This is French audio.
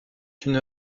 une